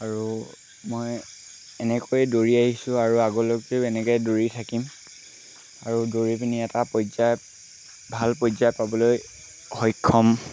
আৰু মই এনেকৈয়ে দৌৰি আহিছোঁ আৰু আগলৈকৈয়ো এনেকৈ দৌৰি থাকিম আৰু দৌৰি পিনি এটা পৰ্যায় ভাল পৰ্যায় পাবলৈ সক্ষম